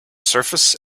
surface